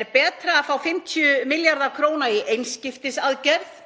Er betra að fá 50 milljarða kr. í einskiptisaðgerð